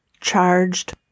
charged